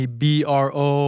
bro